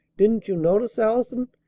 didn't you notice allison?